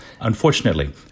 Unfortunately